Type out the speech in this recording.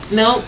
no